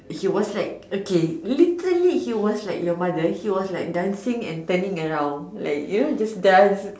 he was like okay literally he was like your mother he was like dancing and standing around like you know like dance